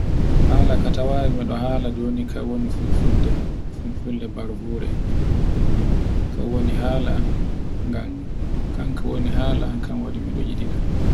Hala ka tawai miɗo hala jonika ka fulfulde, fulfulfe bargure ka woni hala am, ngam kanko woni haala am, hanju waɗi miyiɗi ka